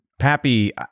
Pappy